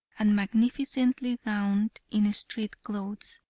and magnificently gowned in street clothes.